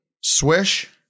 Swish